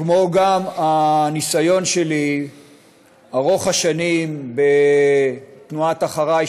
כמו גם מהניסיון ארוך השנים שלי בתנועת "אחריי!",